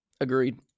Agreed